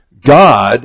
God